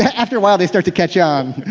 after awhile they start to catch on.